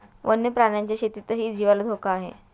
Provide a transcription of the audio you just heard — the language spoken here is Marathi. वन्य प्राण्यांच्या शेतीतही जीवाला धोका आहे